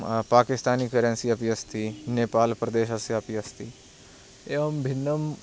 Pakistani currency अपि अस्ति नेपाल् प्रदेशस्य अपि अस्ति एवं भिन्नं